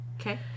Okay